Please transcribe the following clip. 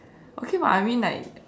okay [what] I mean like